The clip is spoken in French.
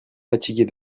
fatiguée